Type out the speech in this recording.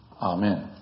Amen